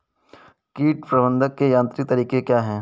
कीट प्रबंधक के यांत्रिक तरीके क्या हैं?